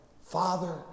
Father